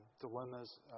dilemmas